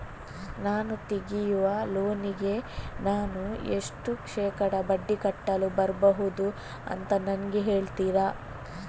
ನಾನು ತೆಗಿಯುವ ಲೋನಿಗೆ ನಾನು ಎಷ್ಟು ಶೇಕಡಾ ಬಡ್ಡಿ ಕಟ್ಟಲು ಬರ್ಬಹುದು ಅಂತ ನನಗೆ ಹೇಳ್ತೀರಾ?